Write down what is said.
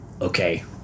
okay